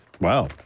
Wow